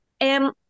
And-